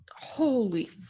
holy